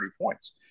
points